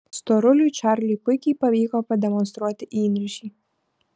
storuliui čarliui puikiai pavyko pademonstruoti įniršį